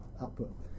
output